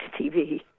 TV